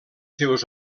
seus